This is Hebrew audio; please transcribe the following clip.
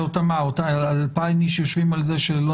זה אותם 2,000 איש שיושבים על זה שלא